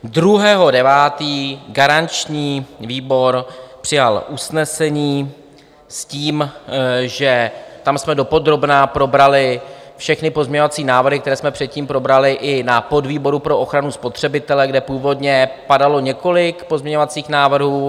Dne 2. 9. garanční výbor přijal usnesení s tím, že tam jsme dopodrobna probrali všechny pozměňovací návrhy, které jsme předtím probrali i na podvýboru pro ochranu spotřebitele, kde původně padalo několik pozměňovacích návrhů.